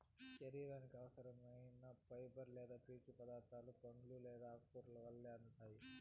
శరీరానికి అవసరం ఐన ఫైబర్ లేదా పీచు పదార్థాలు పండ్లు లేదా ఆకుకూరల వల్ల అందుతాయి